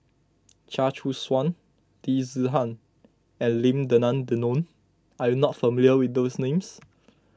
Chia Choo Suan Loo Zihan and Lim Denan Denon are you not familiar with these names